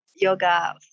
yoga